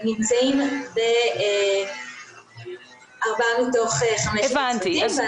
נמצאים בארבעה מתוך חמישה צוותים.